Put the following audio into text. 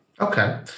Okay